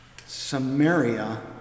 Samaria